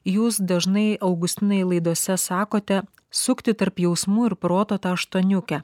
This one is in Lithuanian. jūs dažnai augustinai laidose sakote sukti tarp jausmų ir proto tą aštuoniukę